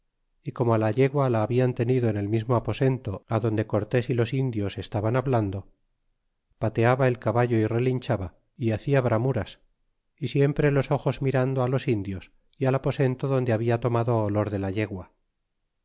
y como la yegua la habian tenido en el mismo aposento adonde cortés los indios estaban hablando pateaba el caballo y relinchaba y hacia bramuras y siempre los ojos mirando á los indios y al aposento donde habla tomado olor de la yegua